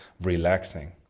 relaxing